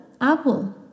Apple